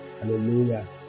Hallelujah